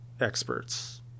experts